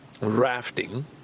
rafting